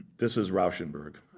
this is rauschenberg.